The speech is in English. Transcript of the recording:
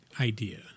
idea